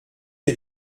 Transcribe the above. est